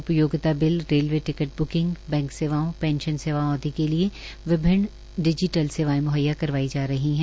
उपयोगिता bill railway ticket booking bank सेवाओं pension सेवाओं आदि के लिए विभिन्न डिजिटल सेवाएं मोहय़या करवाई जा रही हैं